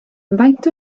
faint